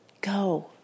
go